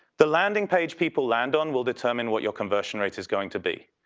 the landing page people land on will determine what your conversion rate is going to be.